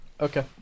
Okay